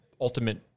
ultimate